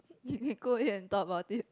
you you go and talk about it